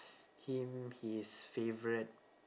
him his favourite